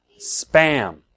Spam